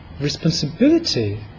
responsibility